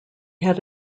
had